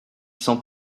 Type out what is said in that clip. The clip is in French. sans